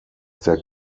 der